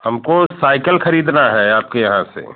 हमको साइकल खरीदना है आपके यहाँ से